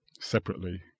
separately